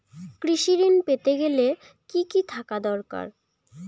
কৃষিঋণ পেতে গেলে কি কি থাকা দরকার?